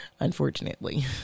unfortunately